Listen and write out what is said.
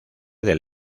del